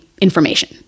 information